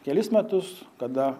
kelis metus kada